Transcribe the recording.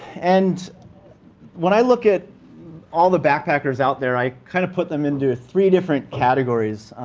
and when i look at all the backpackers out there, i kind of put them into three different categories.